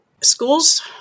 schools